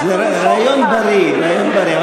אנחנו נפתור לך, זה רעיון בריא, רעיון בריא.